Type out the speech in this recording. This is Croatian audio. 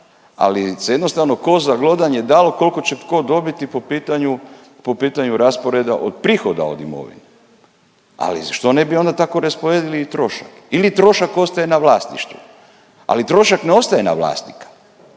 se jednostavno kost za glodanje dalo koliko će tko dobiti po pitanju, po pitanju rasporeda od prihoda od imovine, ali zašto ne bi onda tako rasporedili i trošak ili trošak ostaje na vlasništvu, ali trošak ne ostaje na vlasniku